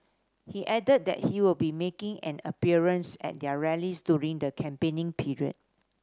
he added that he will be making an appearance at their rallies during the campaigning period